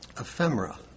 Ephemera